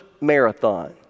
marathon